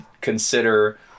consider